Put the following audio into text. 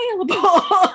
available